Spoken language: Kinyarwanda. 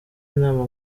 inama